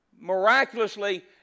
miraculously